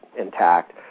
intact